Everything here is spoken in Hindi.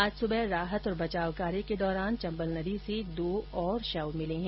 आज सुबह राहत और बचाव कार्य के दौरान चम्बल नदी से दो और शव मिले हैं